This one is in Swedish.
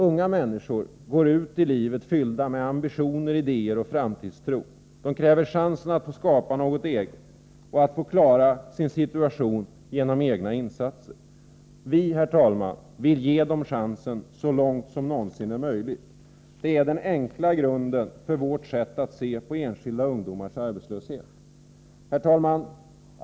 Unga människor går ut i livet fyllda av ambitioner, idéer och framtidstro. De kräver att få chansen att skapa något eget och att få klara sin situation genom egna insatser. Vi, herr talman, vill ge dem den chansen så långt det någonsin är möjligt. Det är den enkla grunden för vårt sätt att se på enskilda ungdomars arbetslöshet. Herr talman!